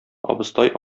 абыстай